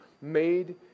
made